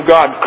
God